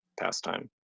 pastime